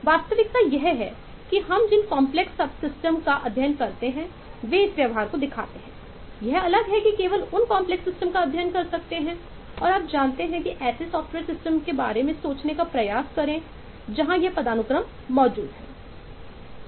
वास्तविकता यह है कि हम जिन कांपलेक्स सब सिस्टम का अध्ययन कर सकते हैं और आप जानते हैं कि आप ऐसे सॉफ्टवेयर सिस्टम के बारे में सोचने का प्रयास करें जहां यह पदानुक्रम मौजूद है